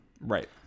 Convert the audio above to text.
Right